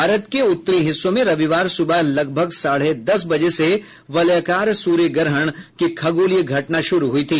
भारत के उत्तरी हिस्सों में रविवार सुबह लगभग साढ़े दस बजे से वलयाकार सूर्य ग्रहण की खगोलीय घटना शुरू हुई थी